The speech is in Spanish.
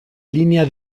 línea